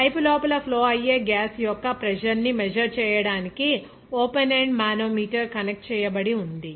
pipe లోపల flow అయ్యే gas యొక్క ప్రెజర్ ని మెజర్ చేయటానికి ఓపెన్ ఎండ్ మానోమీటర్ కనెక్ట్ చేయబడి ఉంది